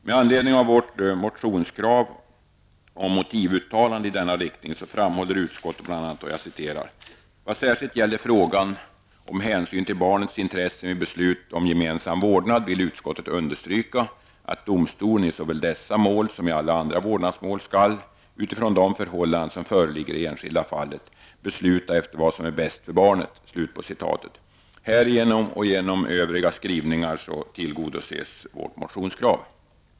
Med anledning av vårt motionskrav och motivuttalande i denna riktning framhåller utskottet bl.a.: ''Vad särskilt gäller frågan om hänsynen till barnets intressen vid beslut om gemensam vårdnad vill utskottet understryka att domstolen i såväl dessa mål som i alla andra vårdnadsmål skall -- utifrån de förhållanden som föreligger i det enskilda fallet -- besluta efter vad som är bäst för barnet.'' Härigenom och genom övriga skrivningar tillgodoses vårt motionskrav.